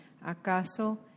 ¿Acaso